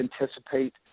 anticipate